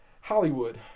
Hollywood